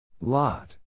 Lot